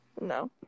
No